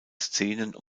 szenen